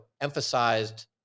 emphasized